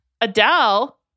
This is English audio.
Adele